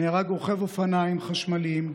נהרג רוכב אופניים חשמליים,